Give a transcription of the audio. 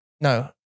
No